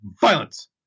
violence